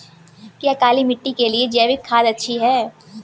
क्या काली मिट्टी के लिए जैविक खाद अच्छी है?